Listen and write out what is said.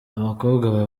abakobwa